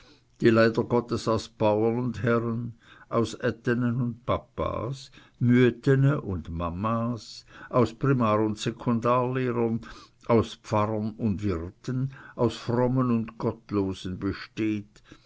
die leider gottes aus bauern und herren aus ättene und papas müettene und mamas aus primar und sekundarlehrern aus pfarrern und wirten aus frommen und gottlosen besteht